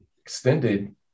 extended